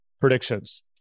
predictions